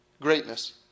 greatness